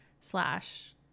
slash